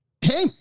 Hey